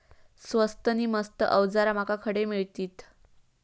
स्वस्त नी मस्त अवजारा माका खडे मिळतीत?